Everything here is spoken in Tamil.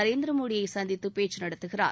நரேந்திர மோடியை சந்தித்து பேச்சு நடத்துகிறார்